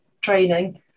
training